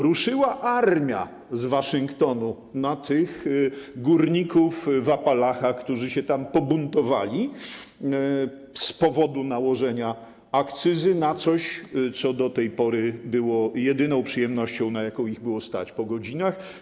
Ruszyła armia z Waszyngtonu na tych górników w Appalachach, którzy się tam pobuntowali z powodu nałożenia akcyzy na coś, co do tej pory było jedyną przyjemnością, na jaką było ich stać po godzinach.